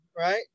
right